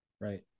Right